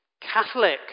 Catholic